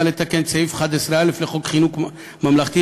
לתקן את סעיף 11א לחוק חינוך ממלכתי,